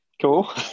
Cool